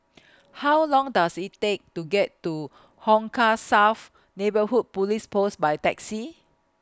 How Long Does IT Take to get to Hong Kah South Neighbourhood Police Post By Taxi